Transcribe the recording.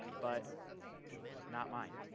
but not mine.